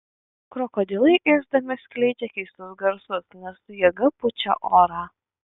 krokodilai ėsdami skleidžia keistus garsus nes su jėga pučia orą